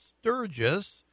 Sturgis